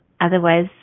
Otherwise